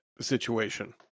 situation